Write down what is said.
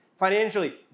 Financially